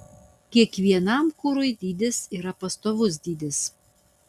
kiekvienam kurui dydis yra pastovus dydis